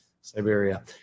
Siberia